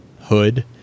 hood